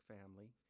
family